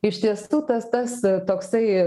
iš tiesų tas tas toksai